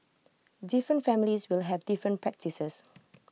different families will have different practices